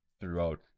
throughout